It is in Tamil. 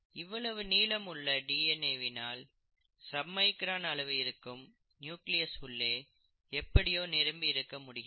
இவ்வளவு நீளம் உள்ள டிஎன்ஏவினால் சப் மைக்ரான் அளவு இருக்கும் நியூக்ளியஸ் உள்ளே எப்படியோ நிரம்பி இருக்க முடிகிறது